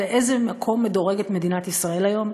באיזה מקום מדורגת מדינת ישראל היום?